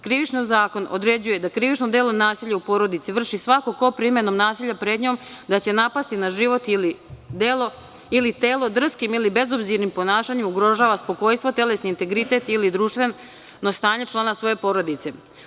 Krivični zakon određuje da krivično delo nasilje u porodici vrši svako ko primenom nasilja pretnjom da će napasti na život ili telo drskim ili bezobzirnim ponašanjem ugrožava spokojstvo, telesni integritet ili društveno stanje člana svoje porodice.